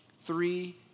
three